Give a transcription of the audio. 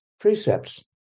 precepts